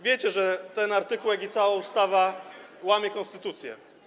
Wiecie, że ten artykuł, jak i cała ustawa, łamie konstytucję.